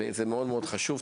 זה מאוד חשוב.